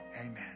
Amen